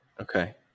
Okay